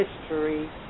history